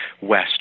west